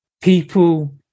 People